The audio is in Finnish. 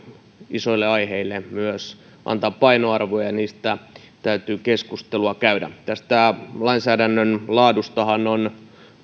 isoille aiheille myös antaa painoarvoa ja niistä täytyy keskustelua käydä tästä lainsäädännön laadustahan on